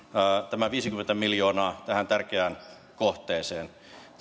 tämä viisikymmentä miljoonaa tähän tärkeään kohteeseen